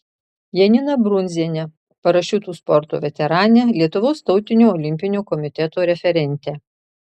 janiną brundzienę parašiutų sporto veteranę lietuvos tautinio olimpinio komiteto referentę